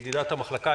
ידידת המחלקה,